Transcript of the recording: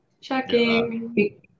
Checking